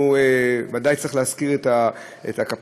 ודאי צריך להזכיר את ה"קופקסון",